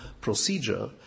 procedure